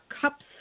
cups